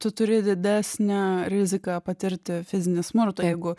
tu turi didesnę riziką patirti fizinį smurtą jeigu